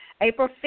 April